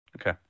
Okay